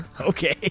Okay